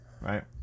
Right